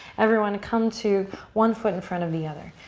everyone come to one foot in front of the other.